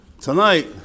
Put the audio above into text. Tonight